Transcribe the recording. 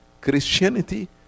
Christianity